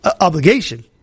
obligation